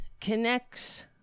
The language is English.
connects